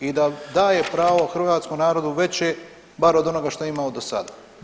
I da daje pravo hrvatskom narodu veće, barem od onoga što imamo do sada.